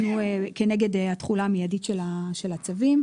ולכן הם נגד התחולה המיידית של הצווים.